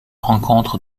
rencontre